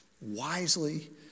wisely